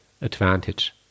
advantage